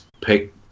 pick